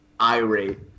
irate